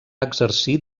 exercir